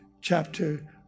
chapter